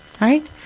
Right